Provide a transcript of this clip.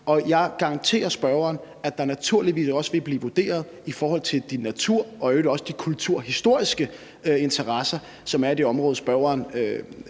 og jeg garanterer spørgeren, at der naturligvis også vil blive vurderet i forhold til de natur- og i øvrigt også kulturhistoriske interesser, der er i det område, spørgeren